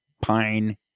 pine